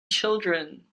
children